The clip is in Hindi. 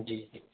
जी जी